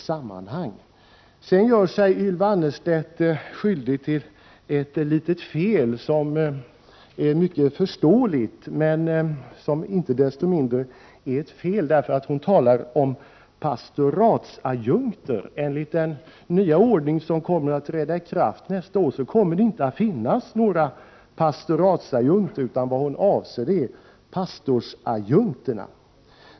Ylva Annerstedt gör sig skyldig till ett litet fel som är mycket förståeligt men som icke desto mindre är ett fel. Hon talar om pastoratsadjunkter. Enligt den nya ordning som kommer att träda i kraft nästa år kommer det inte att finnas några pastoratsadjunkter. Ylva Annerstedt avser pastorsadjunkter.